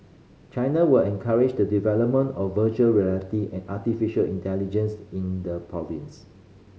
China will encourage the development of virtual reality and artificial intelligence in the province